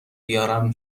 بیارم